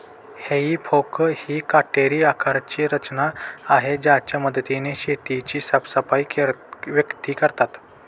हेई फोक ही काटेरी आकाराची रचना आहे ज्याच्या मदतीने शेताची साफसफाई व्यक्ती करतात